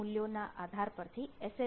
ના મૂલ્યો ના આધાર પર થી એસ